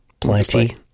plenty